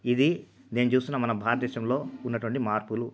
ఇది నేను చూస్తున్న మన భారతదేశంలో ఉన్నటువంటి మార్పులు